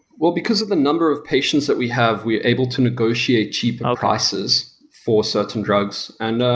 well, because of the number of patients that we have, we are able to negotiate cheaper prices for certain drugs. and